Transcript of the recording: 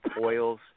oils